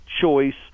choice